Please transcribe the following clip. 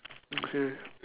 okay